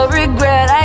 regret